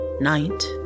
Night